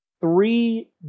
three